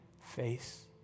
face